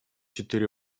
четыре